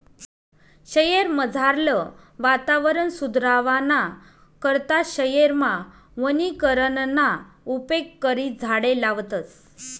शयेरमझारलं वातावरण सुदरावाना करता शयेरमा वनीकरणना उपेग करी झाडें लावतस